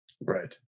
Right